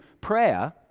prayer